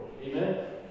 Amen